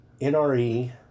NRE